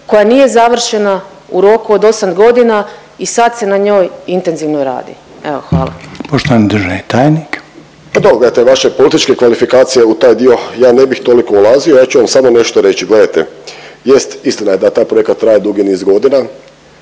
koja nije završena u roku od 8 godina i sad se na njoj intenzivno radi. Evo, hvala. **Reiner, Željko (HDZ)** Poštovani državni tajnik. **Tušek, Žarko (HDZ)** Pa dobro ja te vaše političke kvalifikacije, u taj dio ja ne bih toliko ulazio, ja ću vam samo nešto reći, gledajte, jest, istina je da taj projekat traje dugi niz godina,